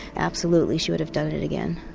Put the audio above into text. absolutely, she would have done it it again.